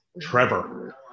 Trevor